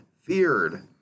feared